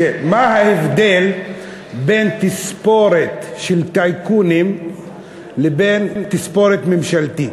מה ההבדל בין תספורת של טייקונים לבין תספורת ממשלתית?